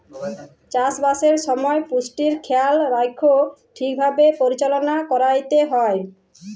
চাষবাসের সময় পুষ্টির খেয়াল রাইখ্যে ঠিকভাবে পরিচাললা ক্যইরতে হ্যয়